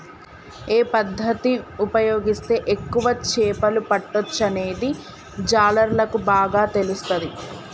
ఏ పద్దతి ఉపయోగిస్తే ఎక్కువ చేపలు పట్టొచ్చనేది జాలర్లకు బాగా తెలుస్తది